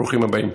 ברוכים הבאים.